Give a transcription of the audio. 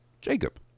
jacob